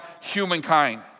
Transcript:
humankind